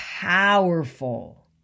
powerful